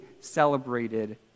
celebrated